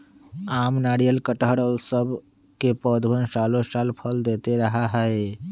आम, नारियल, कटहल और सब के पौधवन सालो साल फल देते रहा हई